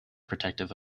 protective